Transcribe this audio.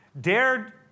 dared